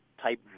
type